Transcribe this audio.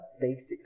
basic